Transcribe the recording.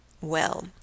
Well